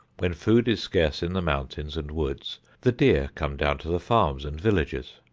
when food is scarce in the mountains and woods the deer come down to the farms and villages.